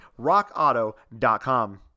rockauto.com